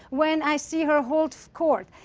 when i see her hold court.